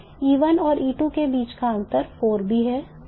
E1 और E2 के बीच का अंतर 4B है